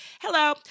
hello